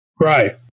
Right